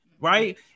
right